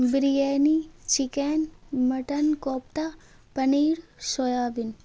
biryani chicken mutton kofta paneer soybean